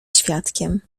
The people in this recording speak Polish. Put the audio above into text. świadkiem